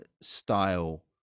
style